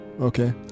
Okay